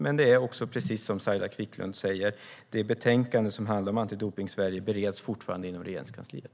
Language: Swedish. Men precis som Saila Quicklund säger bereds betänkandet Antidopning Sverige fortfarande inom Regeringskansliet.